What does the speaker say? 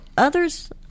Others